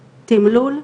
תימלול,